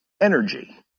energy